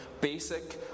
basic